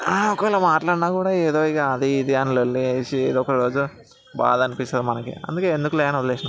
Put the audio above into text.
ఒకవేళ మాట్లాడినా కూడా ఏదో ఇక అది ఇది అని లొల్లి చేసి ఏదో ఒక రోజు బాధ అనిపిస్తుంది మనకి అందుకే ఎందుకులే అని వదిలేసినం